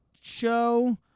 show